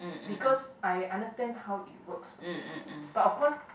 because I understand how it works already but of course